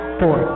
four